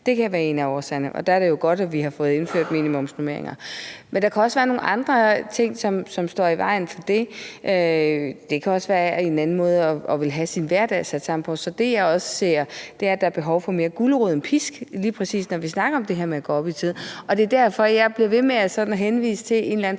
Det kan være en af årsagerne. Der er det jo godt, at vi har fået indført minimumsnormeringer. Men der kan også være nogle andre ting, som står i vejen for det. Det kan også være en anden måde at ville have sin hverdag sat sammen på. Så det, jeg også ser, er, at der er behov for mere gulerod end pisk, lige præcis når vi snakker om det her med at gå op i tid. Det er derfor, jeg bliver ved med sådan at henvise til en eller anden